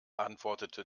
antwortete